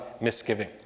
misgiving